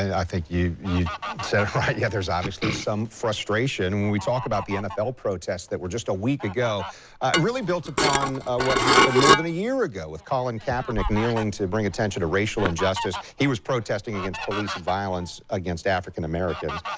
i think you you said it right, yeah, there's obviously some frustration. when we talk about the nfl protests that were just a week ago, it really built upon what happened more than a year ago with colin kaepernick kneeling to bring attention to racial injustice. he w protesting against police violence against african americans.